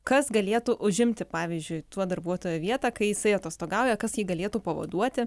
kas galėtų užimti pavyzdžiui to darbuotojo vietą kai jisai atostogauja kas jį galėtų pavaduoti